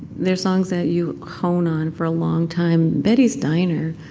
there are songs that you hone on for a long time. betty's diner